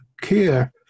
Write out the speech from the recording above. care